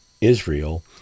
Israel